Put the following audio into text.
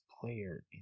player